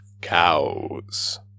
cows